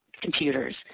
computers